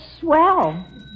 swell